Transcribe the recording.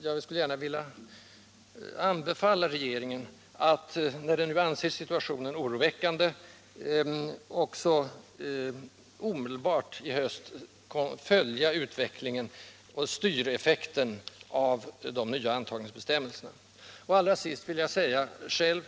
Jag skulle gärna vilja anbefalla regeringen, när den nu — som statsrådet Mogård sade — anser situationen oroväckande, att omedelbart i höst följa utvecklingen och styreffekterna av de nya bestämmelserna för intagningen till medicinsk fakultet.